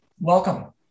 welcome